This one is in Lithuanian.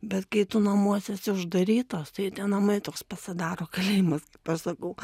bet kai tu namuose esi uždarytas tai tie namai toks pasidaro kalėjimas kaip aš sakau